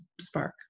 Spark